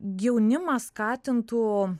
jaunimą skatintų